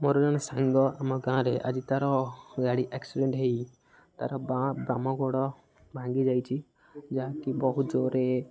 ମୋର ଜଣେ ସାଙ୍ଗ ଆମ ଗାଁରେ ଆଜି ତା'ର ଗାଡ଼ି ଆକ୍ସିଡେଣ୍ଟ ହୋଇ ତାର ବାଁ ବାମ ଗୋଡ଼ ଭାଙ୍ଗିଯାଇଛି ଯାହାକି ବହୁତ ଜୋରେ